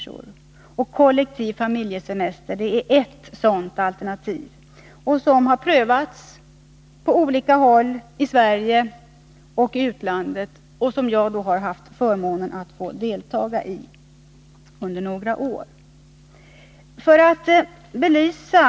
Kollektiv familjesemester är ett sådant alternativ som har prövats på olika håll i Sverige och i utlandet. Och jag har således haft förmånen att under några år få delta i sådan verksamhet.